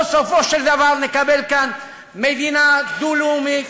או שבסופו של דבר נקבל כאן מדינה דו-לאומית,